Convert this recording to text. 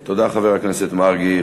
תודה, חבר הכנסת מרגי.